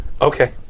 Okay